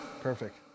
Perfect